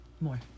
more